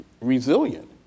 resilient